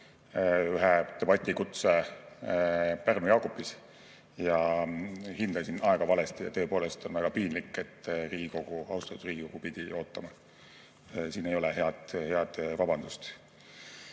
ühe debatikutse Pärnu-Jaagupis ja hindasin aega valesti. Tõepoolest on väga piinlik, et austatud Riigikogu pidi ootama. Siin ei ole head vabandust.